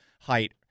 height